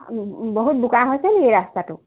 বহুত বোকা হৈছেনি ৰাস্তাটো